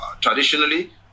traditionally